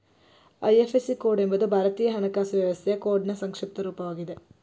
IFSC code ಎಂಬುದು ಭಾರತೀಯ ಹಣಕಾಸು ವ್ಯವಸ್ಥೆಯ ಕೋಡ್ನ್ ಸಂಕ್ಷಿಪ್ತ ರೂಪವಾಗಿದೆ